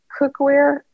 cookware